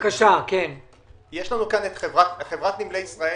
יש לנו כאן חברת נמלי ישראל,